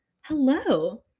Hello